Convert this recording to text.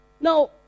Now